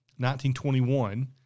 1921